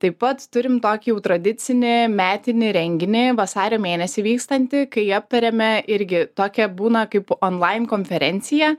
taip pat turim tokį jau tradicinį metinį renginį vasario mėnesį vykstantį kai aptariame irgi tokia būna kaip online konferencija